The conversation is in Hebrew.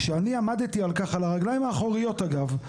כשאני עמדתי על כך על הרגליים האחוריות אגב,